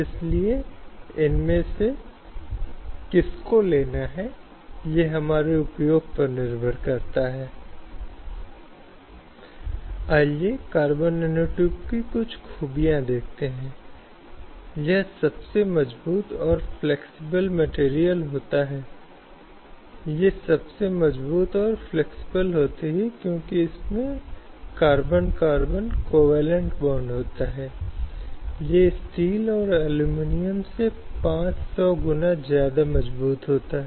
इसलिए कहीं न कहीं परंपरागत मानसिकता को चुनौती दी गई है जहां पुरुषों को रोटी कमाने वाले के रूप में देखा जाता था और इसलिए उन्हें महत्व दिया गया था और महिलाएं गृहिणी थीं और एक सेवा थी जो अवमूल्यित थी जिसे महत्व के साथ नहीं देखा गया था